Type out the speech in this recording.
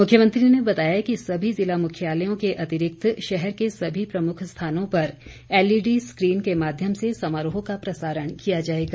मुख्यमंत्री ने बताया कि सभी जिला मुख्यालयों के अतिरिक्त शहर के सभी प्रमुख स्थानों पर एलईडी स्क्रीन के माध्यम से समारोह का प्रसारण किया जाएगा